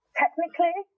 technically